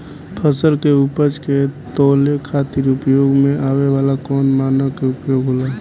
फसल के उपज के तौले खातिर उपयोग में आवे वाला कौन मानक के उपयोग होला?